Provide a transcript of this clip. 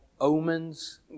omens